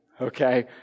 okay